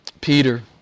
Peter